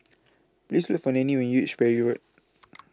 Please Look For Nannie when YOU REACH Parry Road